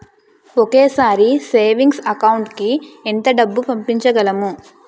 ఒకేసారి savings account కి ఎంత డబ్బు పంపించగలము?